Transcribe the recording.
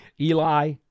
Eli